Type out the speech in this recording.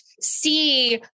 see